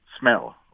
smell